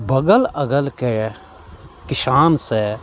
बगल अगलके किसानसँ